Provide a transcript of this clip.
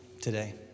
today